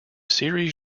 series